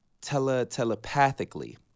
tele-telepathically